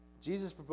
Jesus